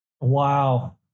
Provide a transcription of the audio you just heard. Wow